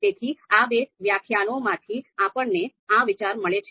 તેથી આ બે વ્યાખ્યાઓમાંથી આપણને આ વિચાર મળે છે